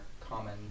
common